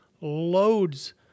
loads